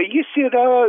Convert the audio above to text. jis yra